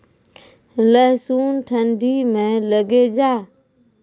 लहसुन ठंडी मे लगे जा?